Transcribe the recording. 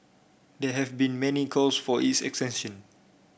there have been many calls for its extension